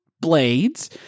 blades